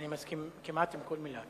אני מסכים כמעט עם כל מלה.